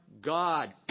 God